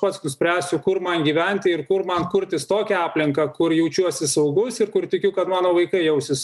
pats nuspręsiu kur man gyventi ir kur man kurtis tokią aplinką kur jaučiuosi saugus ir kur tikiu kad mano vaikai jausis